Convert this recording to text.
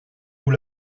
vous